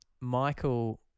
Michael